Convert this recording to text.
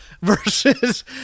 versus